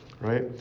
right